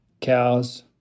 Cows